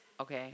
okay